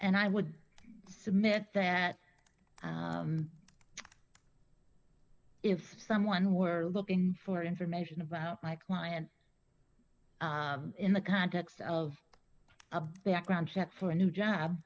and i would submit that if someone were looking for information about my client in the context of a background check for a new job